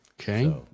Okay